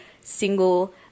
single